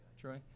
Troy